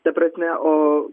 ta prasme o